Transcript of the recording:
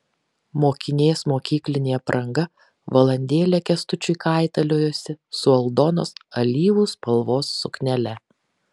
mokinės mokyklinė apranga valandėlę kęstučiui kaitaliojosi su aldonos alyvų spalvos suknele